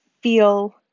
feel